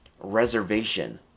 reservation